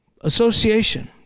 association